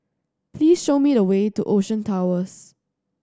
please show me the way to Ocean Towers